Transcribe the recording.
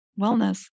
wellness